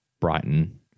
Brighton